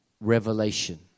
Revelation